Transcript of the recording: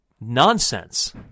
nonsense